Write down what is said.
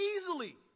easily